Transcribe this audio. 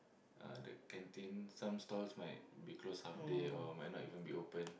ah the canteen some stalls might be closed half day or might not even be open